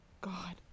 God